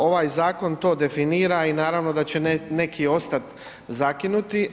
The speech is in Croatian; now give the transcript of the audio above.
Ovaj zakon to definira i naravno da će neki ostati zakinuti.